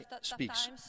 speaks